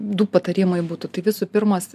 du patarimai būtų tai visų pirmas